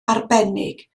arbennig